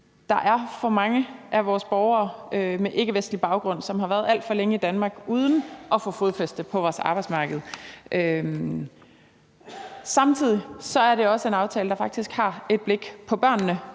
Der er for mange af vores borgere med ikkevestlig baggrund, som har været alt for længe i Danmark uden at få fodfæste på vores arbejdsmarked. Samtidig er det også en aftale, der faktisk har et blik på børnene,